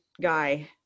guy